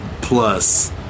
plus